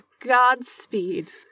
godspeed